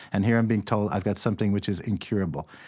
and here i'm being told i've got something which is incurable.